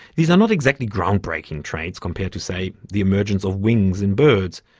these are not exactly groundbreaking traits, compared to, say, the emergence of wings in birds,